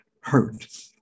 hurt